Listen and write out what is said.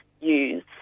use